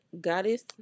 Goddess